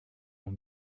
mon